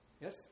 yes